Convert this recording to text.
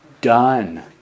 Done